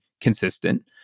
consistent